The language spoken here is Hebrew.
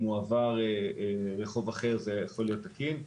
אם הוא עבר לרחוב אחר זה יכול להיות תקין.